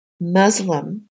Muslim